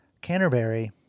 Canterbury